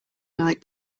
like